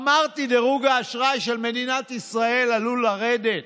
אמרתי: דירוג האשראי של מדינת ישראל עלול לרדת,